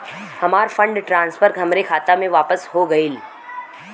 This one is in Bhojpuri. हमार फंड ट्रांसफर हमरे खाता मे वापस हो गईल